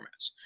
formats